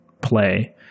play